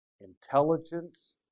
intelligence